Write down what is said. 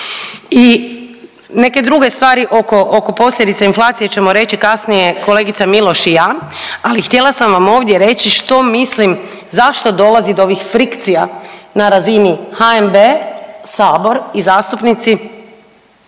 I neke druge stvari oko, oko posljedica inflacije ćemo reći kasnije kolegica Miloš i ja, ali htjela sam vam ovdje reći što mislim zašto dolazi do ovih frikcija na razini HNB, sabor i zastupnici